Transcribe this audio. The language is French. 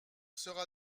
sera